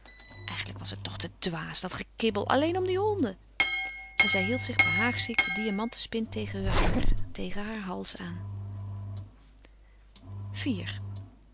eigenlijk was het toch te dwaas dat gekibbel alleen om die honden en zij hield zich behaagziek de diamanten spin tegen heur haar tegen haar hals aan iv